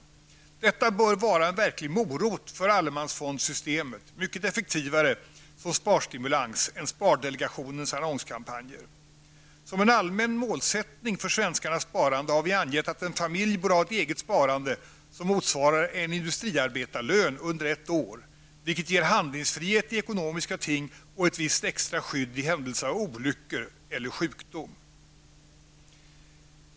Detta bör vara en verklig morot för allemansfondssystemet, mycket effektivare som sparstimulans än spardelegationens annonskampanjer. Som en allmän målsättning för svenskarnas sparande har vi angett att en familj bör ha ett eget sparande som motsvarar en industriarbetarlön under ett år, vilket ger handlingsfrihet i ekonomiska ting och ett visst extra skydd i händelse av olyckor och sjukdom.